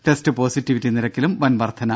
test positivity നിരക്കിലും വൻ വർധന